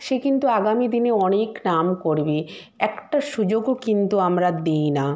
সে কিন্তু আগামী দিনে অনেক নাম করবে একটা সুযোগও কিন্তু আমরা দিই না